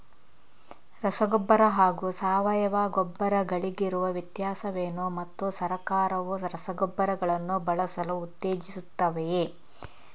ರಸಗೊಬ್ಬರ ಹಾಗೂ ಸಾವಯವ ಗೊಬ್ಬರ ಗಳಿಗಿರುವ ವ್ಯತ್ಯಾಸವೇನು ಮತ್ತು ಸರ್ಕಾರವು ರಸಗೊಬ್ಬರಗಳನ್ನು ಬಳಸಲು ಉತ್ತೇಜಿಸುತ್ತೆವೆಯೇ?